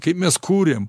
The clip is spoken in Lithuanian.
kaip mes kuriam